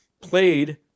played